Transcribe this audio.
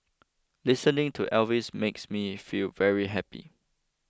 listening to Elvis makes me feel very happy